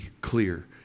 clear